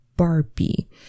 Barbie